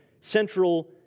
central